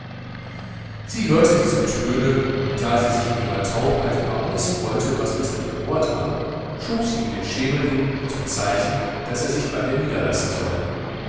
sie hörte diese töne und da sie sich in ihrer taubheit über alles freute was bis an ihr ohr drang schob sie ihm den schemel hin zum zeichen daß er sich bei ihr niederlassen sollte